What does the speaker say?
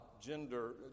gender